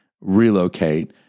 relocate